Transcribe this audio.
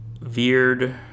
veered